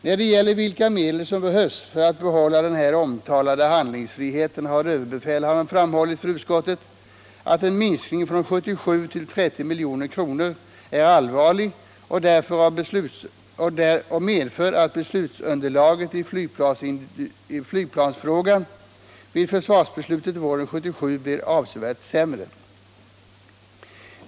När det gäller vilka medel som behövs för att behålla den här omtalade handlingsfriheten har överbefälhavaren framhållit för utskottet att en minskning från 77 till 30 milj.kr. är allvarlig och medför att beslutsunderlaget i flygplansfrågan vid försvarsbeslutet våren 1977 blivit avsevärt sämre.